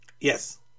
Yes